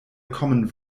common